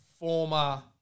Former